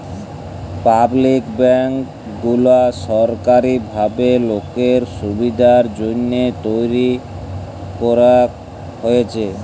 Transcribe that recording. public bank গুলা সরকারি ভাবে লোকের সুবিধের জন্যহে তৈরী করাক হয়েছে